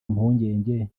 mpungenge